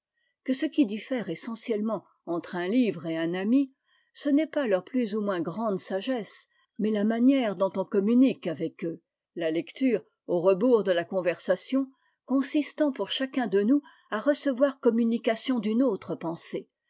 que ce qui diffère essentiellement entre un livre et un ami ce n'est pas leur plus ou moins grande sagesse mais la manière dont on communique avec eux la lecture au rebours de la conversation consistant pour chacun de nous à recevoir communication d'une autre pensée